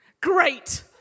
Great